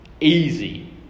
easy